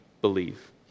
believe